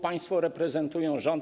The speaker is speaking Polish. Państwo reprezentują rząd.